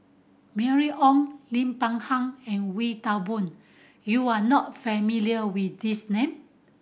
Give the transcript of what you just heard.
Mylene Ong Lim Peng Han and Wee Toon Boon you are not familiar with these name